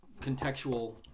contextual